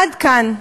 עד כאן,